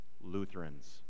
Lutherans